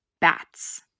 bats